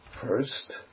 First